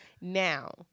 Now